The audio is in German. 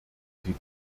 sie